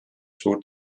suurt